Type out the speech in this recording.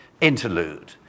interlude